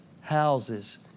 houses